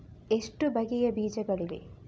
ಎಷ್ಟು ಬಗೆಯ ಬೀಜಗಳಿವೆ?